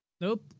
Nope